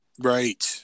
Right